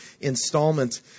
installment